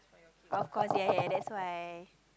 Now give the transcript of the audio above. of course ya ya that's why